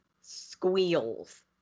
squeals